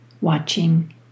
watching